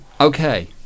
okay